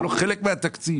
זה לא חלק מהתקציב.